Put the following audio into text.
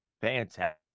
Fantastic